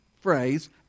phrase